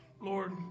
Lord